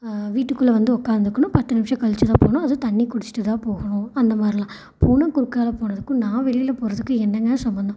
வீட்டுக்குள்ளே வந்து உக்கார்ந்துக்கணும் பத்து நிமிஷம் கழித்து தான் போகணும் அதுவும் தண்ணி குடிச்சுட்டு தான் போகணும் அந்த மாதிரிலாம் பூனை குறுக்கால் போனதுக்கும் நான் வெளியில் போகிறதுக்கும் என்னங்க சம்பந்தம்